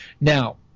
Now